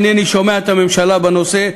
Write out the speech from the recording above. אינני שומע את הממשלה בנושא,